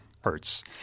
hertz